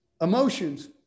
Emotions